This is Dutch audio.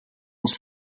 ons